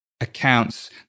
accounts